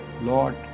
Lord